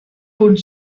punt